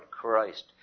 Christ